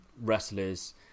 wrestlers